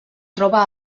troba